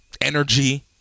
energy